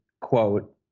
quote